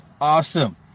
awesome